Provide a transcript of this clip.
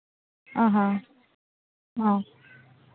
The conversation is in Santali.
ᱦᱮᱸ ᱦᱮᱸ